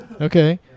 Okay